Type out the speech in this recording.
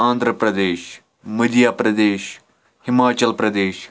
Andhra Pradesh Madhya Pradesh Himachal Pradesh